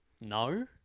No